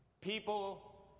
people